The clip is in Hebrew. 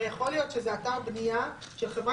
הרי יכול להיות שזה אתר בנייה של חברה